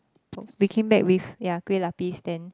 we came back with yeah Kueh-Lapis then